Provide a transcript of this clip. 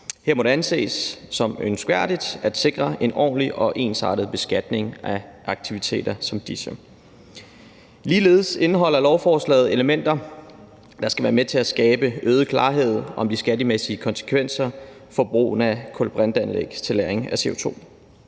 Her må det anses som ønskværdigt at sikre en ordentlig og ensartet beskatning af aktiviteter som disse. Ligeledes indeholder lovforslaget elementer, der skal være med til at skabe øget klarhed om de skattemæssige konsekvenser for brugen af kulbrinteanlæg til lagring af CO2.